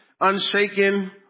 unshaken